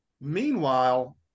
Meanwhile